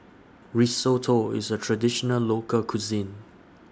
Risotto IS A Traditional Local Cuisine